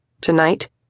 Tonight